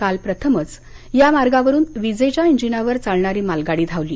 काल प्रथमच या मार्गावरून विजेच्या इंजिनावर चालणारी मालगाडी धावली